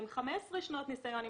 עם 15 שנות ניסיון,